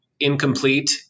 incomplete